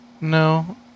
No